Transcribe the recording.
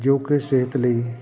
ਜੋ ਕਿ ਸਿਹਤ ਲਈ